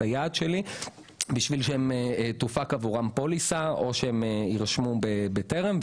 היעד שלי בשביל שתופק עבורם פוליסה או שהם יירשמו בטרם.